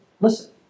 listen